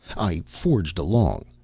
i forged along.